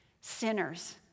sinners